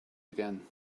again